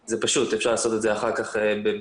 זה פשוט, אפשר לעשות את זה אחר כך בשמחה.